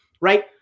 right